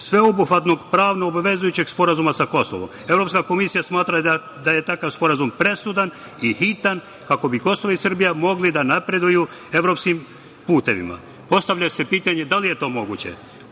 sveobuhvatno pravnoobavezujućeg sporazuma sa Kosovom. Evropska komisija smatra da je takav sporazum presudan i hitan, kako bi Kosovo i Srbija mogli da napreduju evropskim putevima. Postavlja se pitanje da li je to moguće? Ovih